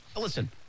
Listen